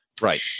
Right